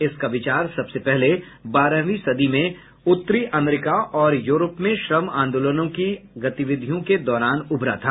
इसका विचार सबसे पहले बारहवीं सदी में उत्तरी अमरीका और यूरोप में श्रम आंदोलनों की गतिविधियों के दौरान उभरा था